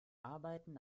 arbeiten